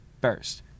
first